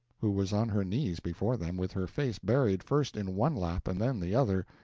who was on her knees before them with her face buried first in one lap and then the other,